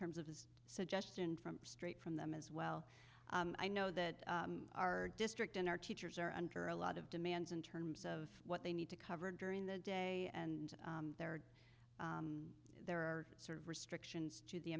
terms of his suggestion from straight from them as well i know that our district in our teachers are under a lot of demands in terms of what they need to cover during the day and there are there are sort of restrictions to the